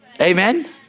Amen